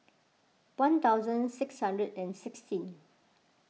one thousand six hundred and sixteen